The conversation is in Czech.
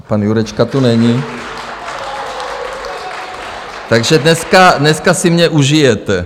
Pan Jurečka tu není , takže dneska si mě užijete.